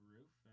Roof